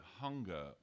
hunger